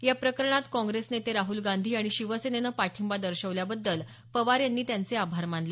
या प्रकरणात काँग्रेस नेते राहल गांधी आणि शिवसेनेनं पाठिंबा दर्शवल्याबद्दल पवार यांनी त्यांचे आभार मानले